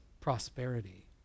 prosperity